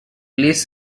please